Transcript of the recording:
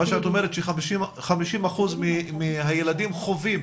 את אומרת ש-50% מהילדים חווים